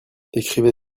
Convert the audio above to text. écrivez